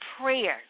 prayer